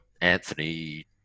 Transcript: Anthony